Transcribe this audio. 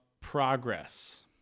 progress